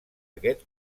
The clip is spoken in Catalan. aquest